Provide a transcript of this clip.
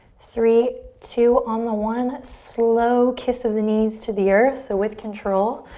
three, two. on the one, slow kiss of the knees to the earth. with control.